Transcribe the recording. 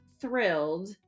thrilled